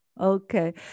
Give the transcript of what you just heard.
Okay